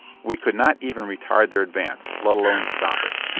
we could not even retard their advance, let alone stop it.